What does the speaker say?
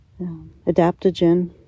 adaptogen